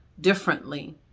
differently